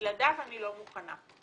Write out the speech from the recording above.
שבלעדיו אני לא מוכנה.